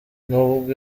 n’ubwo